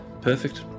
Perfect